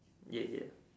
ya ya